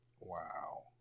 Wow